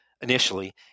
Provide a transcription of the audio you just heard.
initially